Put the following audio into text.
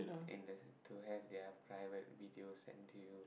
and there's a~ to have their private video send to you